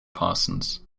parsons